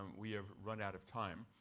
um we have run out of time.